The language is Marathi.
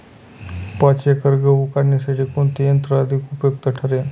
पाच एकर गहू काढणीसाठी कोणते यंत्र अधिक उपयुक्त ठरेल?